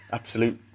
absolute